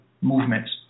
movements